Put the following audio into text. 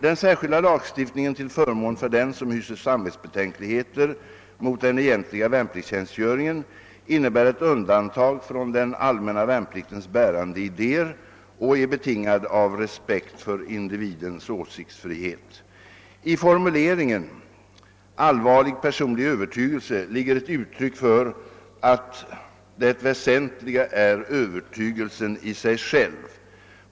Den särskilda lagstiftningen till förmån för den som hyser samvetsbetänkligheter mot den egentliga värnpliktstjänstgöringen innebär ett undantag från den allmänna värnpliktens bärande idéer och är betingad av respekt för individens åsiktsfrihet. övertygelse» ligger ett uttryck för att det väsentliga är övertygelsen i sig själv.